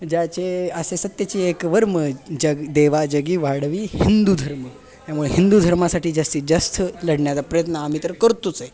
ज्याचे असे सत्यचे एक वर्म जग देवा जगी वाढवी हिंदू धर्म त्यामुळे हिंदू धर्मासाठी जास्तीत जास्त लढण्याचा प्रयत्न आम्ही तर करतोच आहे